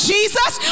Jesus